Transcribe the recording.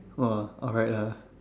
!wah! alright lah